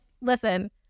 listen